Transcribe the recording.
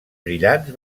brillants